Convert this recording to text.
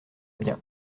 bien